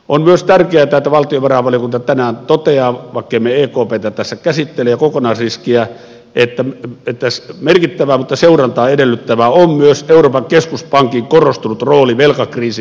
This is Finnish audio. on myös tärkeätä että valtiovarainvaliokunta tänään toteaa vaikkemme me ekptä tässä käsittele ja kokonaisriskiä että merkittävää mutta seurantaa edellyttävää on myös euroopan keskuspankin korostunut rooli velkakriisin hoidossa